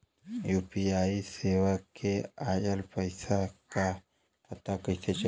UPI सेवा से ऑयल पैसा क पता कइसे चली?